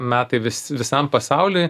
metai vis visam pasauliui